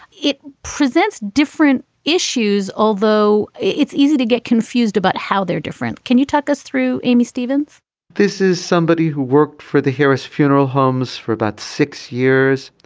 it presents different issues although it's easy to get confused about how they're different. can you talk us through amy stevens this is somebody who worked for the harris funeral homes for about six years.